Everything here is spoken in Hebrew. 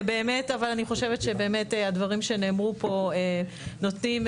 אבל אני חושבת שבאמת הדברים שנאמרו פה קודם